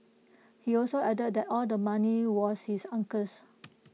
he also added that all the money was his uncle's